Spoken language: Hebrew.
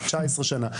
תשע עשרה שנה.